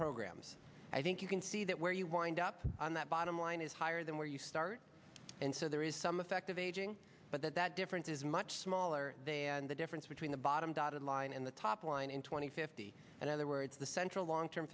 programs i think you can see that where you wind up on that bottom line is higher than where you start and so there is some effect of aging but that that difference is much smaller than the difference between the bottom dotted line and the top line in two thousand and fifty and other words the central long term